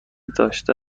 داشته